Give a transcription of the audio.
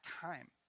time